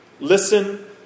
Listen